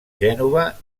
gènova